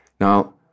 Now